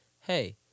Hey